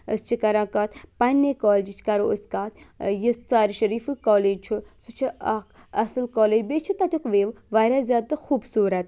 أسۍ چھِ کَران کَتھ پَنٛنے کالجِچ کَرو أسۍ کَتھ یُس ژارِ شٔریٖفہٕ کالج چھُ سُہ چھُ اَکھ اَصٕل کالج بیٚیہِ چھُ تَتیُٚک وِو واریاہ زیادٕ تہٕ خۄٗبصوٗرت